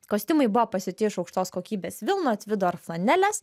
kostiumai buvo pasiūti iš aukštos kokybės vilnos tvido ar flanelės